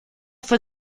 fue